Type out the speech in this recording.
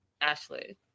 ashley